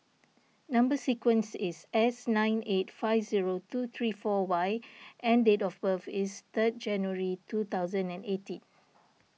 Number Sequence is S nine eight five zero two three four Y and date of birth is third January two thousand and eighteen